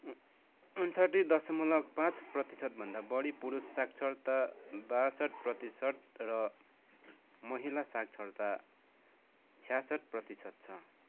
उन्साठी दसमलक पाँच प्रतिशतभन्दा बढी पुरुष साक्षरता ब्यासठ प्रतिशत र महिला साक्षरता छ्यासठ प्रतिशत छ